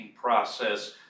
process